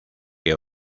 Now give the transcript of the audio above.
que